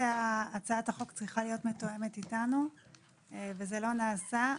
שהצעת החוק צריכה להיות מתואמת איתנו וזה לא נעשה.